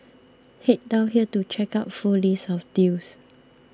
head down here to check out full list of deals